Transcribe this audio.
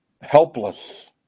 helpless